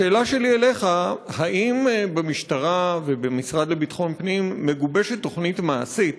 השאלה שלי אליך: האם במשטרה ובמשרד לביטחון פנים מגובשת תוכנית מעשית